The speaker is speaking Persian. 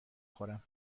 خورم